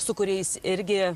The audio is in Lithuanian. su kuriais irgi